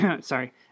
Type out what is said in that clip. sorry